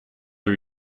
are